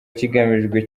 kigamijwe